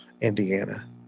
Indiana